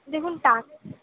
দেখুন টাক